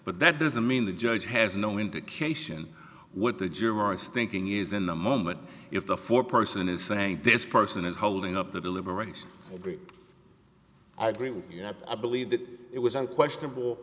but that doesn't mean the judge has no indication what the jurors thinking is in the moment if the four person is saying this person is holding up the deliberation agree i agree with you that i believe that it was unquestionable